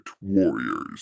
Warriors